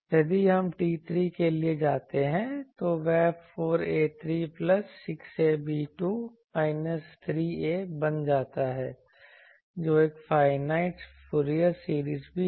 यदि हम T3 के लिए जाते हैं तो वह 4a3 plus 6ab2 minus 3a बन जाता है जो एक फाइनाइट फूरियर सीरीज भी है